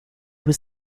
was